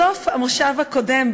בסוף המושב הקודם,